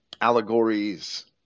allegories